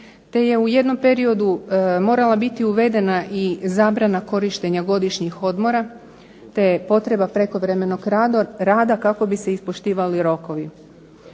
te je u jednom periodu morala biti uvedena i zabrana korištenja godišnjih odmora, te potreba prekovremenog rada kako bi se ispoštivali rokovi.